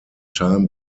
time